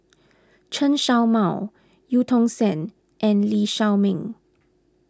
Chen Show Mao Eu Tong Sen and Lee Shao Meng